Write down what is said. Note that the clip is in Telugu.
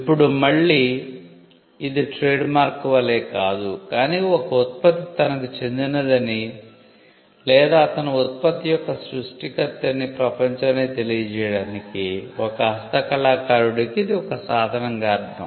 ఇప్పుడు మళ్ళీ ఇది ట్రేడ్మార్క్ వలె కాదు కానీ ఒక ఉత్పత్తి తనకు చెందినదని లేదా అతను ఉత్పత్తి యొక్క సృష్టికర్త అని ప్రపంచానికి తెలియజేయడానికి ఒక హస్తకళాకారుడికి ఇది ఒక సాధనంగా అర్ధం